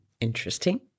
Interesting